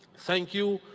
thank you,